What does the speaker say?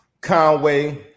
Conway